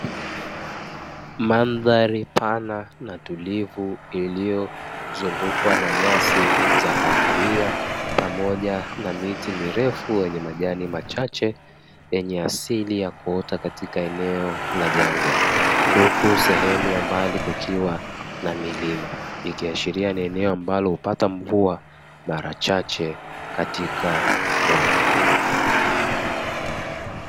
Mandhari pana na tulivu; iliyozungukwa na nyasi za kahawia pamoja na mirefu yenye majani machache, yenye asili ya kuota katika eneo ya jangwa, huku sehemu ya mbali kukiwa na milima; ikiashiria kuwa ni eneo ambalo hupata mvua mara chache katika mwaka.